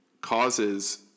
causes